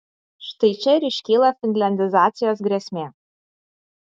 štai čia ir iškyla finliandizacijos grėsmė